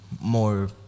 more